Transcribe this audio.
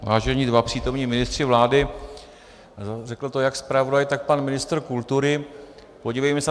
Vážení dva přítomní ministři vlády, řekl to jak zpravodaj, tak pan ministr kultury, podívejme se na ta data.